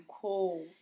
cool